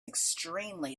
extremely